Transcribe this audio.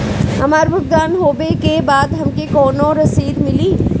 हमार भुगतान होबे के बाद हमके कौनो रसीद मिली?